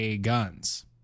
Guns